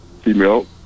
female